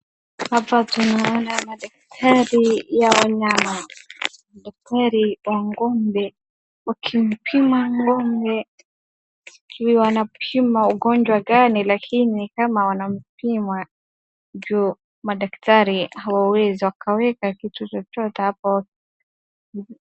Hapa tunaona madaktari ya wanyama. Daktari wa ng'ombe wakimpima ng'ombe. Sijui wanapima ugonjwa gani lakini ni kama wanampima juu madaktari hawawezi wakaweka kitu chochote hapo.